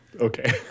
Okay